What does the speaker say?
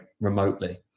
remotely